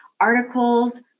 articles